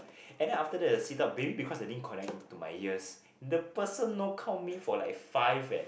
and then after that the sit up maybe because they didn't connect to my ears the person no count me for like five eh